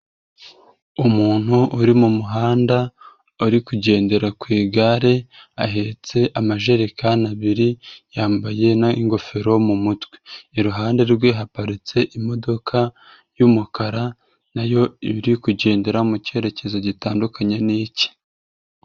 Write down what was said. Umuntu uri mu muhanda uri kugendera ku igare ahetse amajerekani abiri, yambaye n'ingofero mu mutwe, iruhande rwe haparitse imodoka y'umukara nayo iri kugendera mu cyerekezo gitandukanye n'icye.